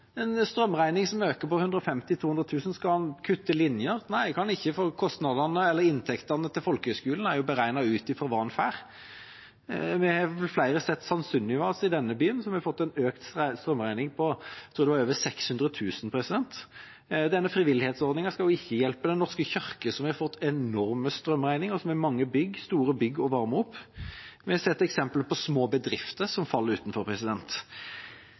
en gjøre hvis en har fått en strømregning som har økt med 150 000–200 000 kr? Skal de kutte linjer? Nei, det kan de ikke, for inntektene til folkehøgskolene er beregnet ut fra hva en får. I denne byen har vi sett at St. Sunniva skole har fått en strømregning på over 600 000 kr. Frivillighetsordningen skal ikke hjelpe Den norske kirke, som har fått enorme strømregninger. De har mange store bygg som skal varmes opp. Vi har også sett eksempler på små bedrifter som faller utenfor